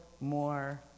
more